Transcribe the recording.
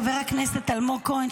חבר הכנסת אלמוג כהן,